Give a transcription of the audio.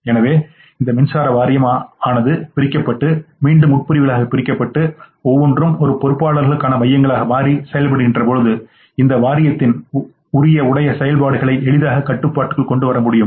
எனவே இந்த மின்சார வாரியம் ஆனது பிரிக்கப்பட்டு மீண்டும் உட் பிரிவுகளாக பிரிக்கப்பட்டு ஒவ்வொன்றும் ஒவ்வொரு பொறுப்புகளுக்கான மையங்களாக மாறி செயல்படுகின்ற போது இந்த வாரியத்தின் உடைய செயல்பாடுகளை எளிதாக கட்டுப்பாட்டுக்குள் கொண்டுவர முடியும்